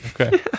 Okay